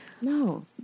No